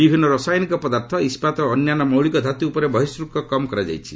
ବିଭିନ୍ନ ରାସାୟନିକ ପଦାର୍ଥ ଇସ୍କାତ ଓ ଅନ୍ୟାନ୍ୟ ମୌଳିକ ଧାତୁ ଉପରେ ବହିର୍ଶୁଲ୍କ କମ୍ କରାଯାଇଛି